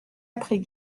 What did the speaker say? après